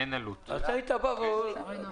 תודה רבה.